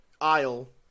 aisle